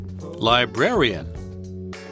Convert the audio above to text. librarian